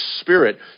spirit